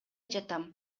жатам